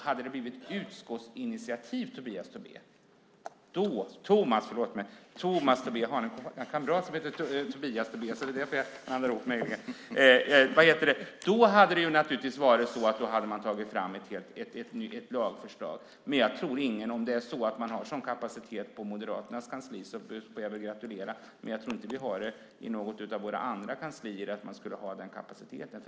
Hade det blivit ett utskottsinitiativ, Tomas Tobé, hade man naturligtvis tagit fram ett lagförslag. Om ni har en sådan kapacitet på Moderaternas kansli får jag väl gratulera, men jag tror inte att något annat kansli har det.